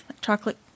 chocolate